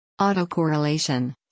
Autocorrelation